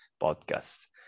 podcast